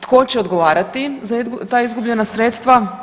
Tko će odgovarati za ta izgubljena sredstva?